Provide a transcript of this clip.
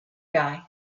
guy